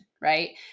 Right